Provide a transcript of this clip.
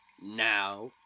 now